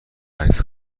عکس